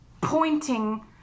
pointing